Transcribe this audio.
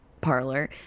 parlor